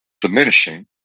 diminishing